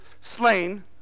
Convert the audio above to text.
slain